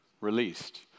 released